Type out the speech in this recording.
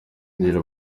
kugira